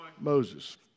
Moses